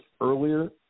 earlier